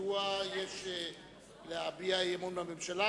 מדוע יש להביע אי-אמון בממשלה?